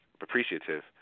appreciative